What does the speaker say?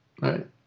Right